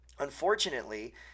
Unfortunately